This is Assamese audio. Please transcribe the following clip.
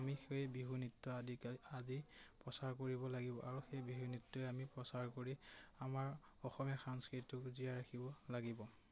আমি সেই বিহু নৃত্য আদিকালি আদি প্ৰচাৰ কৰিব লাগিব আৰু সেই বিহু নৃত্যই আমি প্ৰচাৰ কৰি আমাৰ অসমীয়া সাংস্কৃতিক জীয়াই ৰাখিব লাগিব